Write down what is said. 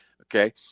Okay